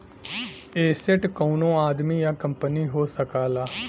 asset कउनो आदमी या कंपनी हो सकला